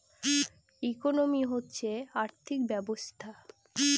economy হচ্ছে আর্থিক ব্যবস্থা